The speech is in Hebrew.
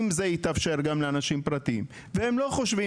אם זה יתאפשר גם לאנשים פרטיים והם לא חושבים